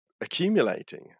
accumulating